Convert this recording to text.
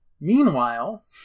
Meanwhile